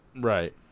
right